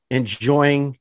enjoying